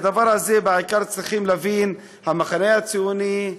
את הדבר הזה צריכים להבין בעיקר המחנה הציוני,